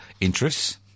interests